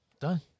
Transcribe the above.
Done